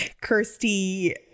Kirsty